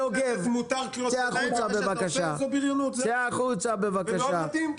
מותר קריאות ביניים, ומה שאתה עושה זו בריונות.